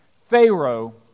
Pharaoh